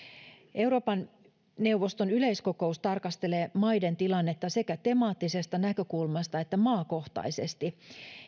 euroopan neuvoston yleiskokous tarkastelee maiden tilannetta sekä temaattisesta näkökulmasta että maakohtaisesti